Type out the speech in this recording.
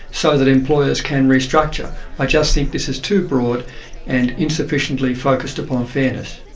so that employers can restructure. i just think this is too broad and insufficiently focused upon fairness.